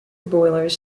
boilers